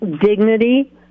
dignity